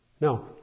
No